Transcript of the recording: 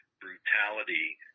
brutality